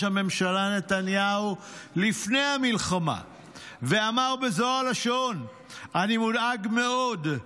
הממשלה נתניהו לפני המלחמה ואמר בזו הלשון: "אני מודאג מאוד.